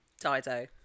Dido